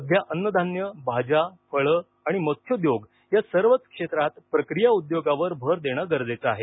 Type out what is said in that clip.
सध्या अन्नधान्य भाज्या फळं आणि मत्स्योद्योग या सर्वच क्षेत्रात प्रक्रिया उद्योगावर भर देणं गरजेचं आहे